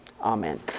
Amen